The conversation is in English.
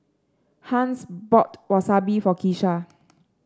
Hans bought Wasabi for Keesha